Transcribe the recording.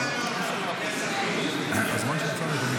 כן, ראינו את זה.